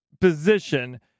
position